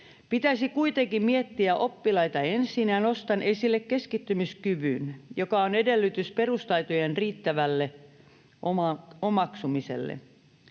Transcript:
Pitäisi kuitenkin miettiä oppilaita ensin, ja nostan esille keskittymiskyvyn, joka on edellytys perustaitojen riittävälle omaksumiselle.